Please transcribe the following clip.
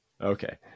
Okay